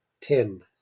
Tim